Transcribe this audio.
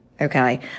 Okay